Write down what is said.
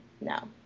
no